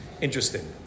Interesting